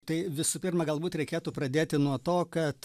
tai visų pirma galbūt reikėtų pradėti nuo to kad